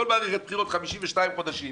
בכל מערכת בחירות השעבוד הוא ל-52 חודשים.